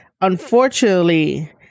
unfortunately